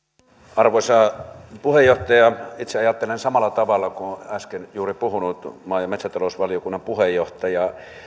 arvoisa puheenjohtaja itse ajattelen samalla tavalla kuin juuri äsken puhunut maa ja metsätalousvaliokunnan puheenjohtaja